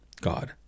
God